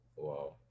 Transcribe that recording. Wow